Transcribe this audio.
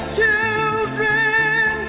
children